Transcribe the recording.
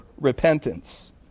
repentance